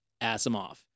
Asimov